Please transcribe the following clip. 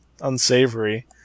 unsavory